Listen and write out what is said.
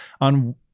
on